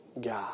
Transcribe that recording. God